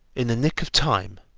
in the nick of time,